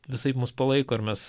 visaip mus palaiko ir mes